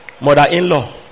mother-in-law